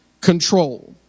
control